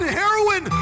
heroin